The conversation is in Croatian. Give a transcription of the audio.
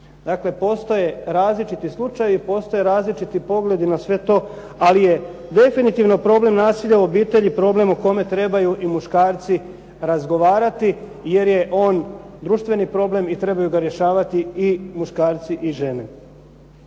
Dakle, postoje različiti slučajevi, postoje različiti pogledi na sve to, ali je definitivno problem nasilja u obitelji, problem o kojem trebaju muškarci razgovarati, jer je on društveni problem i trebaju ga rješavati i muškarci i žene.